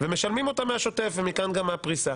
ומשלמים אותה מהשוטף, ומכאן גם הפריסה.